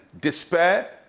despair